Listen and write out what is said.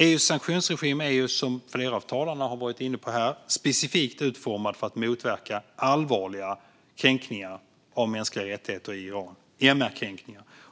EU:s sanktionsregim är ju, som flera av talarna har varit inne på, specifikt utformad för att motverka allvarliga kränkningar av mänskliga rättigheter i Iran.